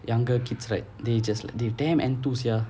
younger kids right they just like they're damn enthusiastic sia